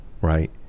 Right